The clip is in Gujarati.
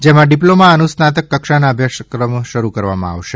જેમાં ડીપ્લોમાં અનુસ્નાતક કક્ષાના અભ્યાસક્રમો શરૂ કરવામાં આવશે